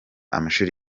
amashuri